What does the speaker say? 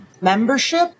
membership